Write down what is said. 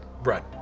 Right